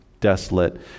desolate